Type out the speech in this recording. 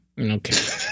Okay